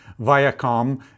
Viacom